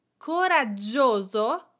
coraggioso